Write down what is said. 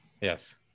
Yes